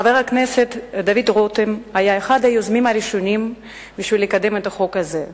חבר הכנסת דוד רותם היה אחד היוזמים הראשונים לקדם את החוק הזה.